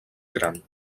gran